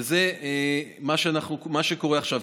וזה מה שקורה עכשיו,